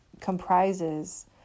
comprises